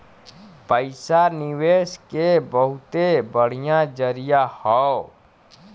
पइसा निवेस के बहुते बढ़िया जरिया हौ